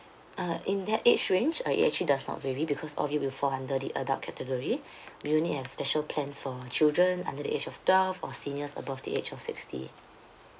uh in that age range uh it actually does not vary because all it will fall under the adult category we only have special plans for children under the age of twelve or seniors above the age of sixty